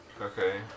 Okay